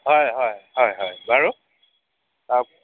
হয় হয় হয় হয় বাৰু